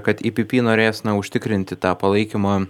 kad ipipi norės na užtikrinti tą palaikymą